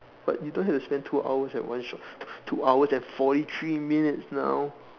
but you don't have to spend two hours at one shot two two hours and forty three minutes now